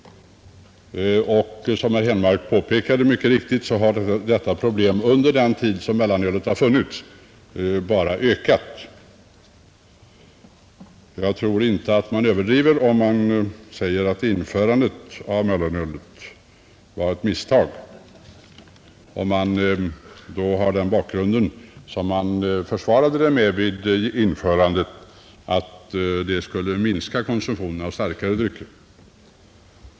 Herr Henmark påpekade mycket riktigt att problemet undan för undan ökat i omfattning under hela den tid som mellanölet funnits. Jag tror inte att man överdriver om man säger att införandet av mellanölet var ett misstag, särskilt mot bakgrunden av att man försvarade mellanölets införande med att det skulle minska konsumtionen av starkare drycker.